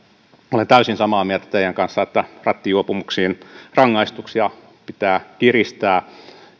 olen täysin samaa mieltä teidän kanssanne että rattijuopumuksien rangaistuksia pitää kiristää